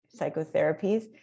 psychotherapies